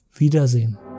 Wiedersehen